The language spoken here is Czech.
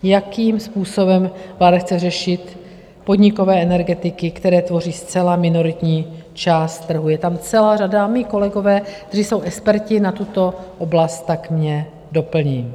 Jakým způsobem vláda chce řešit podnikové energetiky, které tvoří zcela minoritní část trhu, je tam celá řada a mí kolegové, kteří jsou experti na tuto oblast, mě doplní.